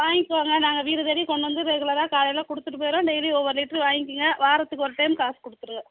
வாங்கிகோங்க நாங்கள் வீடுதேடி கொண்டு வந்து ரெகுலராக காலையில் கொடுத்துட்டு போயிடுறோம் டெய்லியும் ஒவ்வொரு லிட்ரு வாங்கிகங்க வாரத்துக்கு ஒரு டைம் காசு கொடுத்துருங்